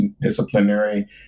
disciplinary